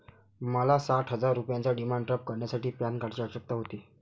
मला साठ हजार रुपयांचा डिमांड ड्राफ्ट करण्यासाठी पॅन कार्डची आवश्यकता होती